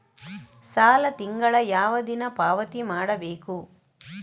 ಸಾಲ ತಿಂಗಳ ಯಾವ ದಿನ ಪಾವತಿ ಮಾಡಬೇಕು?